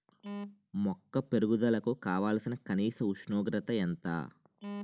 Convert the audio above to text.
మొక్క పెరుగుదలకు కావాల్సిన కనీస ఉష్ణోగ్రత ఎంత?